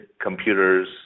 computers